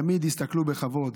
תמיד הסתכלו בכבוד.